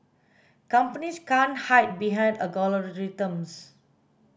companies can't hide behind algorithms